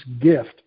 gift